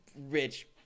rich